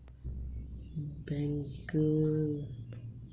bank fraud के मामले cyber अपराध के तहत निपटाए जाते हैं